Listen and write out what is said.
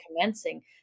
commencing